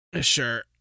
Sure